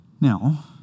Now